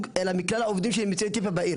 אלא מכלל העובדים שהם יוצאי אתיופיה בעיר.